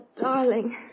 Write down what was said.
darling